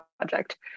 project